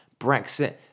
Brexit